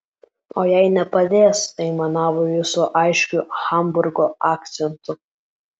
o jei nepadės aimanavo jis su aiškiu hamburgo akcentu